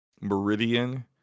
Meridian